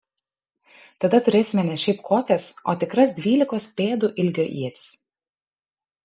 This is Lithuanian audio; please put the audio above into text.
tada turėsime ne šiaip kokias o tikras dvylikos pėdų ilgio ietis